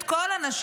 את כל הנשים,